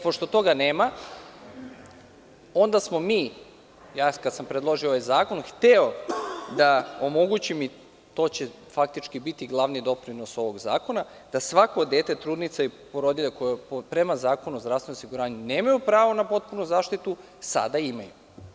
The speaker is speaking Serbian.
Pošto toga nema, onda smo mi, ja kada sam predložio ovaj zakon sam hteo to da omogućim i to će faktički biti glavni doprinos ovog zakona, da svako dete, trudnica i porodilja, koji prema Zakonu o zdravstvenom osiguranju nemaju pravo na potpunu zaštitu, sada imaju.